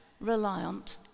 reliant